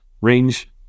range